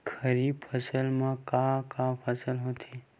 खरीफ फसल मा का का फसल होथे?